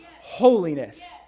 holiness